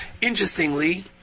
Interestingly